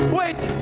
wait